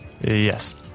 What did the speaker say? Yes